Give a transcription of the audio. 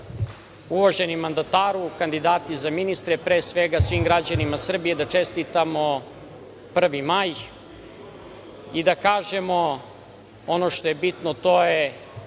mandataru, kandidati za ministre, pre svega, svim građanima Srbije da čestitamo 1. maj i da kažemo ono što je bitno, a to je